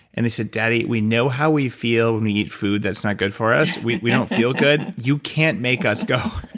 and they said, daddy, we know how we feel when we eat food that's not good for us. we we don't feel good. you can't make us go.